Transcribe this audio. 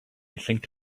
think